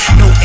no